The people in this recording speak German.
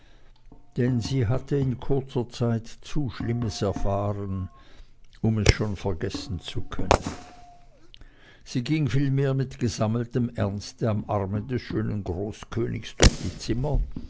denn sie hatte in kurzer zeit zu schlimmes erfahren um es schon vergessen zu können sie ging vielmehr mit gesammeltem ernste am arme des schönen großkönigs durch die zimmer